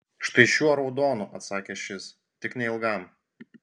štai šiuo raudonu atsakė šis tik neilgam